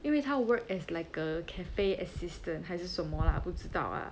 因为她 work as like a cafe assistant 还是什么 lah 不知道 ah